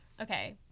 okay